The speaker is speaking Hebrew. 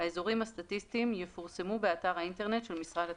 האזורים הסטטיסטיים יפורסמו באתר האינטרנט של משרד התקשורת,